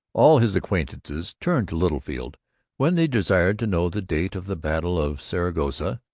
all his acquaintances turned to littlefield when they desired to know the date of the battle of saragossa,